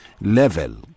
level